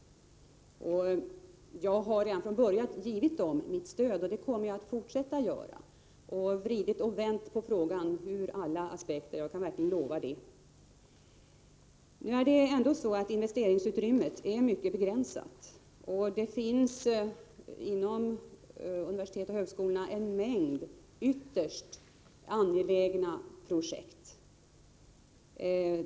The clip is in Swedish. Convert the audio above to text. Redan från början har jag givit studenterna mitt stöd, och det kommer jag att fortsätta att göra, och vridit och vänt på frågan ur alla aspekter — jag kan verkligen försäkra det. Men det är så att investeringsutrymmet är mycket begränsat. Det finns inom universiteten och högskolorna en mängd ytterst angelägna projekt.